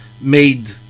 made